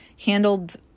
handled